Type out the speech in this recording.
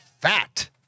fat